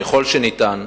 ככל שניתן,